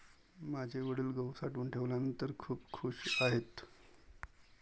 माझे वडील गहू साठवून ठेवल्यानंतर खूप खूश आहेत